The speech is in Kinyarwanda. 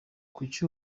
kuki